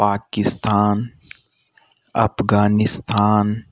Pakistan Afghanistan